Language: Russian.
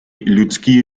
людские